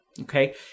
okay